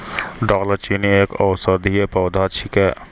दालचीनी एक औषधीय पौधा छिकै